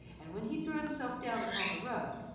and when he threw himself down upon the rug,